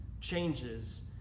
changes